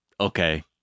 okay